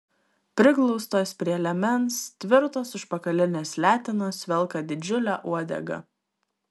priglaustos prie liemens tvirtos užpakalinės letenos velka didžiulę uodegą